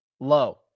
Low